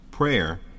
Prayer